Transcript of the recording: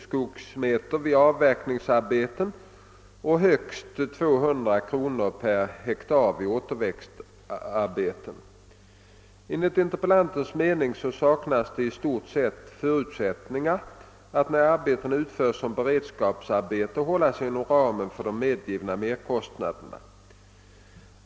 sk vid avverkningsarbeten och högst 200 kr. per ha vid återväxtarbeten. Enligt interpellantens mening saknas det i stort sett förutsättningar att, när arbetena utförs som beredskapsarbeten, hålla sig inom ramen för de medgivna merkostnaderna.